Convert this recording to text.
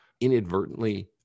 inadvertently